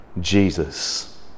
Jesus